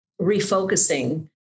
refocusing